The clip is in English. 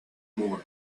more